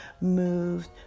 moved